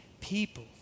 people